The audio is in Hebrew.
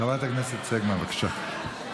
חברת הכנסת סגמן, בבקשה.